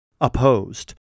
opposed